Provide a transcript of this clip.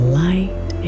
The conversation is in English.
light